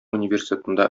университетында